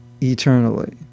eternally